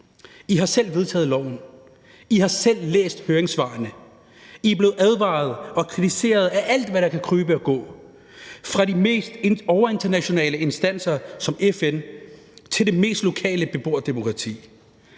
I har selv vedtaget loven. I har selv læst høringssvarene. I er blevet advaret og kritiseret af alt, hvad der kan krybe og gå, fra de mest overnationale instanser som FN til det mest lokale beboerdemokrati.